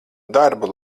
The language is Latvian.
darbu